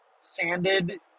sanded